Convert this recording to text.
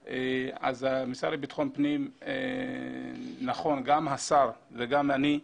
המשרד לביטחון פנים, גם השר וגם אני,